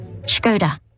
Skoda